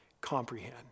comprehend